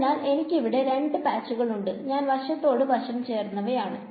അതിനാൽ എനിക്ക് ഇവിടെ രണ്ട് പാച്ചുകൾ ഉണ്ട് അവൻ വശത്തോട് വശം ചേർന്നവയാണ്